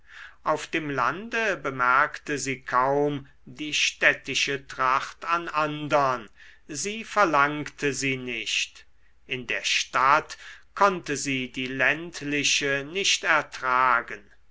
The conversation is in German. auf dem lande bemerkte sie kaum die städtische tracht an andern sie verlangte sie nicht in der stadt konnte sie die ländliche nicht ertragen